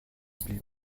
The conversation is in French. plait